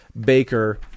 Baker